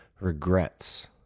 regrets